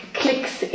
clicks